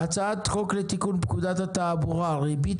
הצעת חוק לתיקון פקודת התעבורה (ריבית